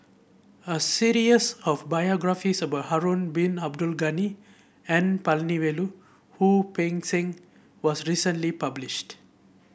a series of biographies about Harun Bin Abdul Ghani N Palanivelu Wu Peng Seng was recently published